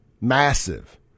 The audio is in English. massive